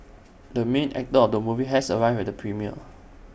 the main actor of the movie has arrived at the premiere